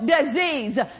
disease